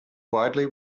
widely